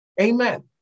Amen